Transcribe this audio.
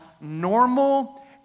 normal